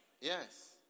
Yes